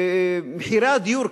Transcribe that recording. מחירי הדיור,